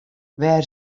wêr